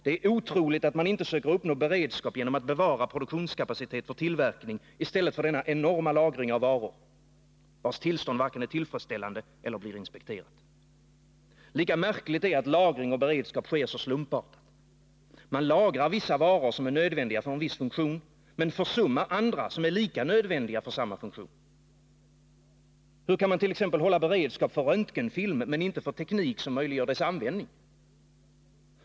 Det är otroligt att man inte söker uppnå beredskap genom att bevara produktionskapacitet för tillverkning i stället för denna enorma lagring av varor, vilkas tillstånd varken är tillfredsställande eller blir inspekterat. Lika märkligt är att lagring och beredskap sker så slumpartat. Man lagrar vissa varor, som är nödvändiga för en viss funktion, men försummar andra, som är lika nödvändiga för samma funktion. Hur kan man t.ex. hålla beredskap för röntgenfilm men inte för teknik som möjliggör dess användning?